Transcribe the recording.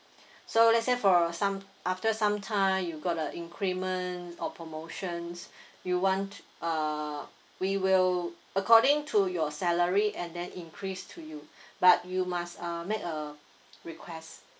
so let say for some after sometime you got a increment or promotions you want uh we will according to your salary and then increase to you but you must uh make a request